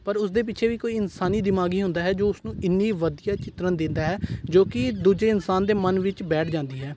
ਪਰ ਉਸਦੇ ਪਿੱਛੇ ਵੀ ਕੋਈ ਇਨਸਾਨੀ ਦਿਮਾਗ ਹੀ ਹੁੰਦਾ ਹੈ ਜੋ ਉਸਨੂੰ ਇੰਨੀ ਵਧੀਆ ਚਿਤਰਨ ਦਿੰਦਾ ਹੈ ਜੋ ਕਿ ਦੂਜੇ ਇਨਸਾਨ ਦੇ ਮਨ ਵਿੱਚ ਬੈਠ ਜਾਂਦੀ ਹੈ